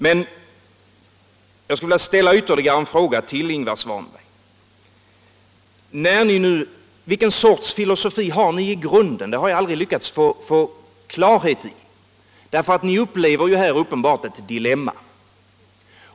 Men jag skulle vilja ställa ytterligare en fråga till Ingvar Svanberg: Vilken sorts filosofi har ni i grunden? Det har jag aldrig lyckats få klarhet i. Ni upplever här uppenbarligen ett dilemma.